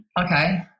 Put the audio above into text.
Okay